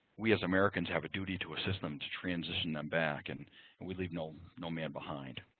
we, as americans, have a duty to assist them to transition them back and and we leave no no man behind.